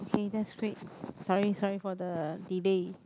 okay that's great sorry sorry for the delay